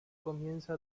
comienza